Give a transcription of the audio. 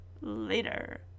later